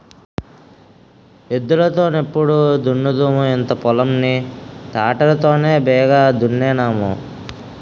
ఎద్దులు తో నెప్పుడు దున్నుదుము ఇంత పొలం ని తాటరి తోనే బేగి దున్నేన్నాము